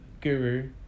guru